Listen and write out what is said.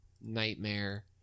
nightmare